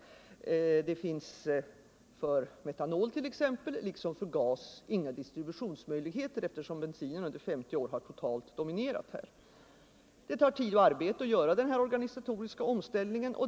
Nr 125 För metanolen t.ex. liksom för gas finns inga distributionsmöjligheter, Onsdagen den eftersom bensinen under 50 år totalt dominerat här. 20 november 1974 Det tar tid och arbete att göra den organisatoriska omställningen.